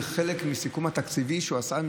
זה חלק מהסיכום התקציבי שהוא עשה עם